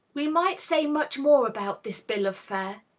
we might say much more about this bill of fare.